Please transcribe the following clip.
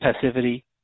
passivity